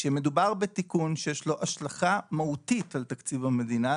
כשמדובר בתיקון שיש לו השלכה מהותית על תקציב המדינה,